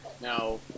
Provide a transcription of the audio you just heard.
Now